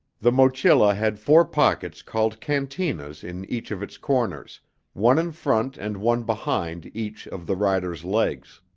the mochila had four pockets called cantinas in each of its corners one in front and one behind each of the rider's legs.